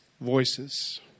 Voices